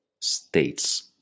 States